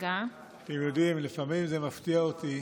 אתם יודעים, לפעמים זה מפתיע אותי